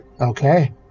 Okay